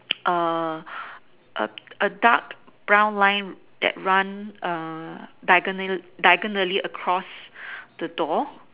err a a dark brown line that runs err diagonally diagonally across the door